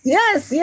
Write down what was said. yes